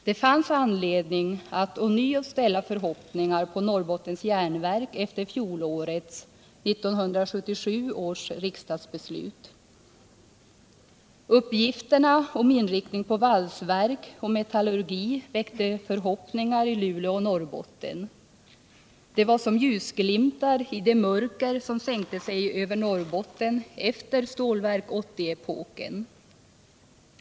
Det fanns anledning att på nytt ställa förhoppningar på Norrbottens Järnverk efter fjolårets, 1977 års, riksdagsbeslut. Uppgiften om inriktningen på valsverk och metallurgi väckte förhoppningar i Luleå och Norrbotten. Det var ljusglimtar i det mörker som sänkte sig över Norrbotten efter Stålverk 80 epoken.